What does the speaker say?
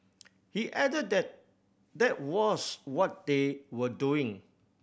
he added that that was what they were doing